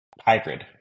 Hybrid